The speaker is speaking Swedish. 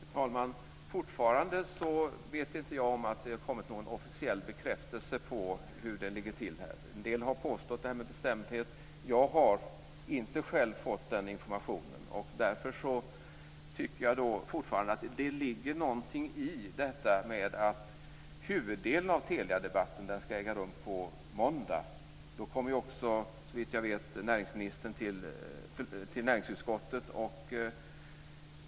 Fru talman! Jag vet fortfarande inte om det kommit någon officiell bekräftelse på detta. En del har påstått det med bestämdhet. Jag har inte själv fått den informationen. Därför tycker jag fortfarande att det ligger någonting i detta att huvuddelen av Teliadebatten ska äga rum på måndag. Såvitt jag vet kommer näringsministern då till näringsutskottet.